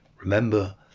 Remember